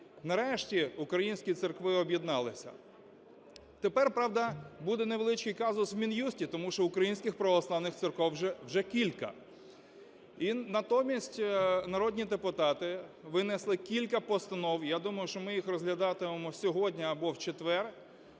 Нарешті українські церкви об'єдналися. Тепер, правда, буде невеличкий казус у Мін'юсті, тому що українських православних церков вже кілька. І натомість народні депутати винесли кілька постанов. Я думаю, що ми їх розглядатимемо сьогодні або у четвер,